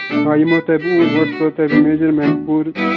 آ یِمو تۄہہِ بہٕ اوٗرۍ گۄڈٕ تُلہِ تَو میٚجرمینٛٹ پوٗرٕ